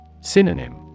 Synonym